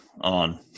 on